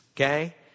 okay